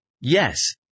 Yes